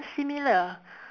similar